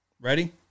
Ready